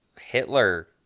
Hitler